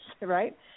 right